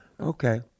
Okay